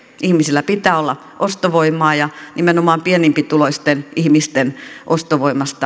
ihmisillä pitää olla ostovoimaa ja nimenomaan pienempituloisten ihmisten ostovoimasta